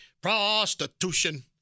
prostitution